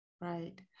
Right